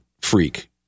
freak